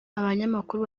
abanyamakuru